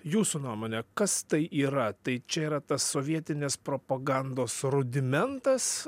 jūsų nuomone kas tai yra tai čia yra tas sovietinės propagandos rudimentas